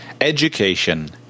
education